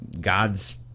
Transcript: god's